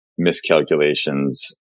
miscalculations